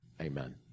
Amen